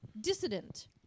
dissident